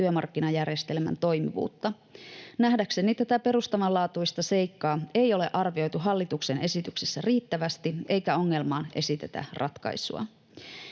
työmarkkinajärjestelmän toimivuutta. Nähdäkseni tätä perustavanlaatuista seikkaa ei ole arvioitu hallituksen esityksessä riittävästi eikä ongelmaan esitetä ratkaisua.”